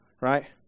Right